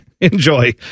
enjoy